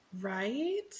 right